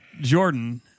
Jordan